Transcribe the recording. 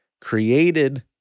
created